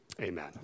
Amen